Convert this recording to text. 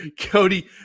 Cody